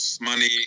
money